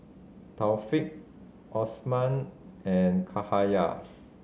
Thaqif Osman and Cahaya